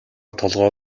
толгой